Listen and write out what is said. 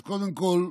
אז קודם כול,